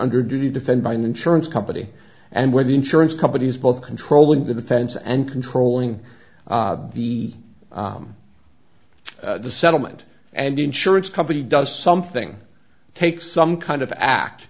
under due to defend my insurance company and where the insurance companies both controlling the defense and controlling the the settlement and insurance company does something take some kind of act